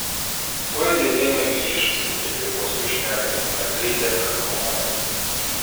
tuoj dėdienė grįš įsiterpė bosu šnekanti mergaitė ant komodos